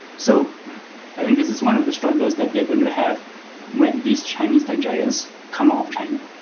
so i think this is one of the struggles that they're going to have when these chinese tech giants come off china.